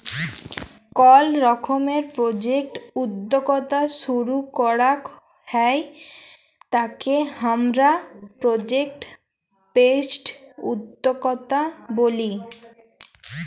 call রকমের project উদ্যক্তা শুরু করাক হ্যয় তাকে হামরা প্রজেক্ট বেসড উদ্যক্তা ব্যলি